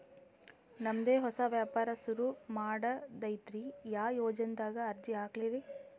ನಮ್ ದೆ ಹೊಸಾ ವ್ಯಾಪಾರ ಸುರು ಮಾಡದೈತ್ರಿ, ಯಾ ಯೊಜನಾದಾಗ ಅರ್ಜಿ ಹಾಕ್ಲಿ ರಿ?